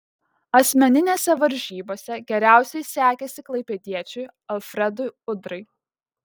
asmeninėse varžybose geriausiai sekėsi klaipėdiečiui alfredui udrai